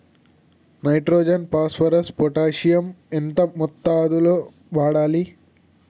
Nitrogen phosphorus potassium ఎంత మోతాదు లో వాడాలి?